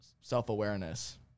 self-awareness